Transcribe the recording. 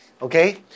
Okay